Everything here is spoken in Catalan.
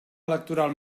electoral